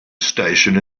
station